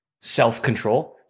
self-control